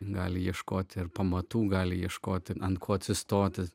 gali ieškoti ir pamatų gali ieškoti ant ko atsistoti